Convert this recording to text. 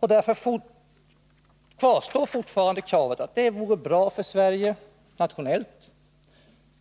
Därför kvarstår uttalandet att det vore bra för Sverige — nationellt